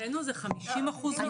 אבל אצלנו זה 50% מהפניות.